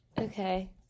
Okay